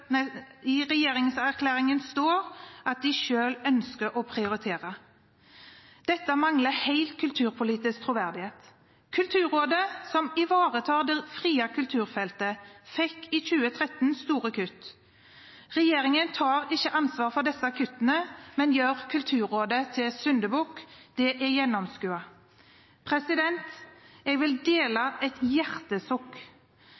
det i regjeringserklæringen står at regjeringen selv ønsker å prioritere. Dette mangler helt kulturpolitisk troverdighet. Kulturrådet, som ivaretar det frie kulturfeltet, fikk i 2013 store kutt. Regjeringen tar ikke ansvar for disse kuttene, men gjør Kulturrådet til syndebukk. Det er gjennomskuet. Jeg vil